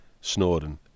Snowden